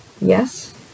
yes